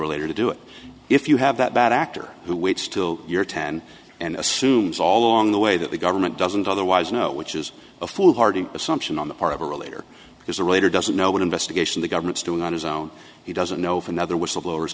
relator to do it if you have that bad actor who waits till you're ten and assumes all along the way that the government doesn't otherwise know which is a foolhardy assumption on the part of a relator because the writer doesn't know what investigation the government's doing on his own he doesn't know if another whistleblowers